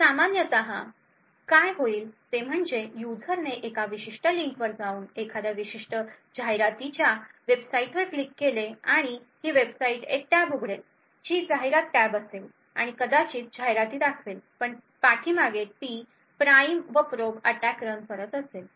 तर सामान्यत काय होईल ते म्हणजे युजरने एका विशिष्ट लिंकवर जाऊन एखाद्या विशिष्ट जाहिरातीच्या वेबसाइटवर क्लिक केले आणि ही वेबसाइट एक टॅब उघडेल जी जाहिरात टॅब असेल आणि कदाचित जाहिराती दाखवेल पण पाठीमागे ती प्राइम व प्रोब अॅटॅक रन करत असेल